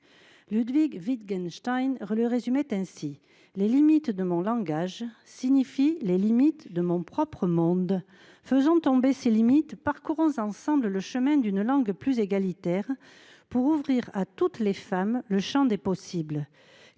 Ludwig Wittgenstein le résumait ainsi :« Les limites de mon langage signifient les limites de mon propre monde. » Faisons tomber ces limites. Parcourons ensemble le chemin d’une langue plus égalitaire pour ouvrir à toutes les femmes le champ des possibles.